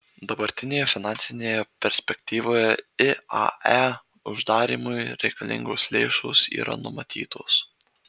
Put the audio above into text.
dabartinėje finansinėje perspektyvoje iae uždarymui reikalingos lėšos yra numatytos